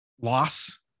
loss